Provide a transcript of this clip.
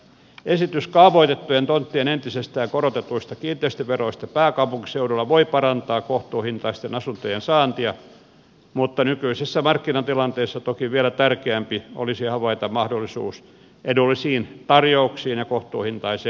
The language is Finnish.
esitys kaavoitettujen tonttien entisestään korotetuista kiinteistöveroista pääkaupunkiseudulla voi parantaa kohtuuhintaisten asuntojen saantia mutta nykyisessä markkinatilanteessa toki vielä tärkeämpi olisi havaita mahdollisuus edullisiin tarjouksiin ja kohtuuhintaiseen rakentamiseen